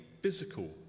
physical